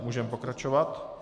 Můžeme pokračovat.